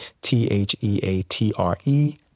T-H-E-A-T-R-E